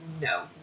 no